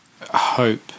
hope